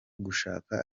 gushaka